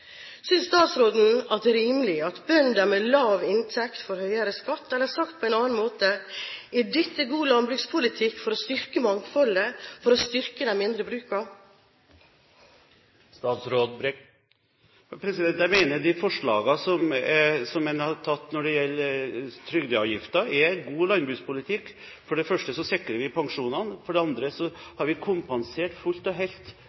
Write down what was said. Eller sagt på en annen måte: Er dette god landbrukspolitikk for å styrke mangfoldet og for å styrke de mindre brukene? Jeg mener at forslagene som gjelder trygdeavgiften, er god landbrukspolitikk. For det første sikrer vi pensjonene, og for det andre har vi i disse ordningene kompensert landbruket fullt og helt